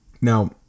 Now